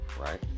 right